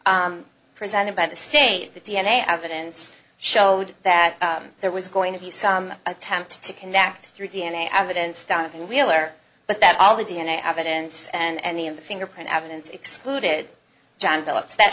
ins presented by the state the d n a evidence showed that there was going to be some attempt to connect through d n a evidence donovan wheeler but that all the d n a evidence and any of the fingerprint evidence excluded john phillips that